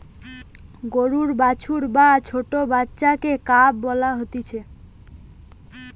গরুর বাছুর বা ছোট্ট বাচ্চাকে কাফ বলা হতিছে